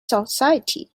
society